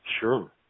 Sure